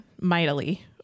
mightily